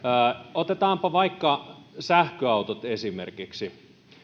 otetaanpa vaikka sähköautot esimerkiksi